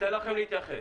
ניתן לכם להתייחס.